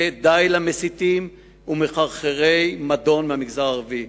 ודי למסיתים ומחרחרי המדון מהמגזר הערבי.